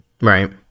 Right